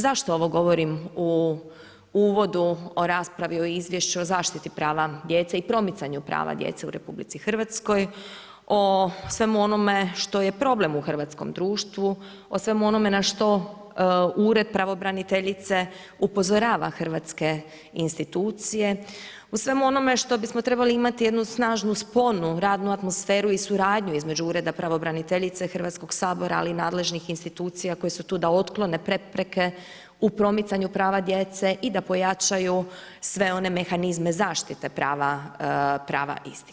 Zašto ovo govorim u uvodu o raspravi o izvješću o zaštiti prava djece i promicanju prava djece u RH, o svemu onome što je problem u hrvatskom društvu, o svemu onome na što Ured pravobraniteljice upozorava hrvatske institucije u svemu onome što bismo trebali imati jednu snažnu sponu, radnu atmosferu i suradnju između Ureda pravobraniteljice i Hrvatskog sabora, ali i nadležnih institucija koje su tu da otklone prepreke u promicanju prava djece i da pojačaju sve one mehanizme zaštite prava istih.